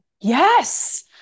Yes